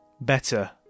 better